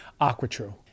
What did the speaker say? AquaTrue